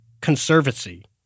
Conservancy